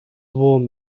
warm